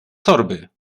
torby